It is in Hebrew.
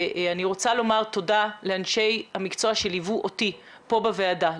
אני רוצה לומר תודה לאנשי המקצוע שליוו אותי כאן בוועדה,